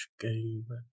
game